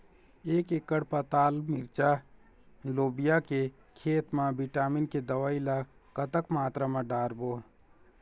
एक एकड़ पताल मिरचा लोबिया के खेत मा विटामिन के दवई ला कतक मात्रा म डारबो?